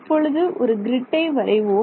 இப்பொழுது ஒரு கிரிட்டை வரைவோம்